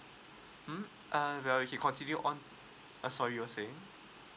mm uh continue on uh sorry you were saying